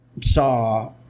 saw